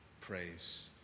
Praise